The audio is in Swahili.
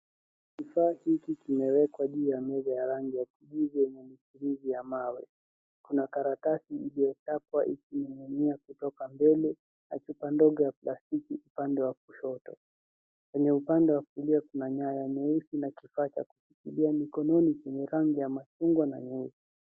Kifaa hiki kimewekwa juu ya meza ya rangi ya kijivu yenye michirizi ya mawe. Kuna karatasi iliyochapwa ikining'inia kutoka mbele na chupa ndogo ya plastiki upande wa kushoto. Kwenye upande wa kulia kuna nyaya meusi na kifaa cha kushikilia mikononi chenye rangi ya machungwa na nyeusi.